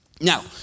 Now